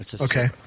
Okay